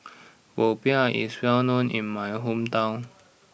Popiah is well known in my hometown